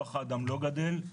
כוח האדם לא גדל,